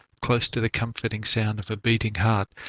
close to the comforting sound of her beating heart.